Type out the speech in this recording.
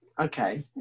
Okay